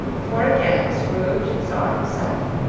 for again scrooge saw himself.